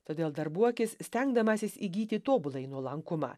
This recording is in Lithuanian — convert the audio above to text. todėl darbuokis stengdamasis įgyti tobuląjį nuolankumą